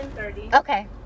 okay